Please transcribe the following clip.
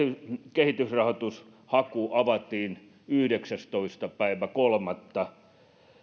kehitysrahoitushaku avattiin yhdeksästoista kolmatta